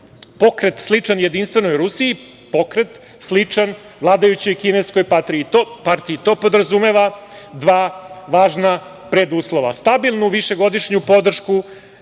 pokret sličan Jedinstvenoj Rusiji, pokret sličan vladajućoj kineskoj partiji, to podrazumeva dva važna preduslova, stabilnu višegodišnju podršku,